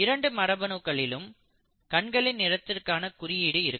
இரண்டு மரபணுகளிலும் கண்களின் நிறத்திற்கான குறியீடு இருக்கும்